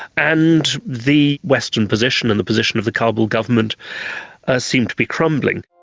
and the western position and the position of the kabul government seemed to be crumbling.